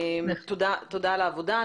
תודה על העובדה.